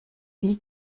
wie